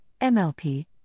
MLP